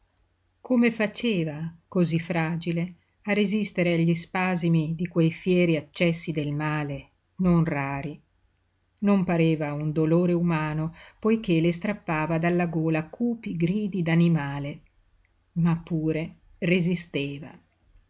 come faceva cosí fragile a resistere agli spasimi di quei fieri accessi del male non rari non pareva un dolore umano poiché le strappava dalla gola cupi gridi d'animale ma pure resisteva